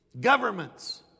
Governments